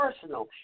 personal